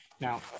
Now